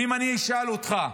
ואם אני אשאל אותך,